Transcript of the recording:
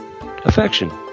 affection